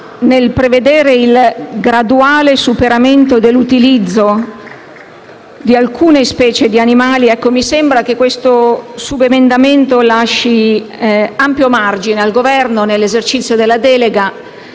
nel prevedere il graduale superamento dell'utilizzo di alcune specie di animali, mi sembra che lasci ampio margine al Governo nell'esercizio della delega